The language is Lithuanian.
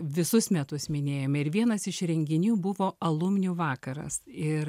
visus metus minėjome ir vienas iš renginių buvo alumnių vakaras ir